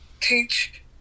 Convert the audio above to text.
teach